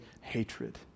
hatred